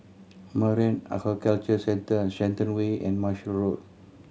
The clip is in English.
Marine Aquaculture Centre Shenton Way and Marshall Road